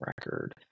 record